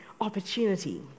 opportunity